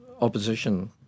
opposition